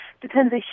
depends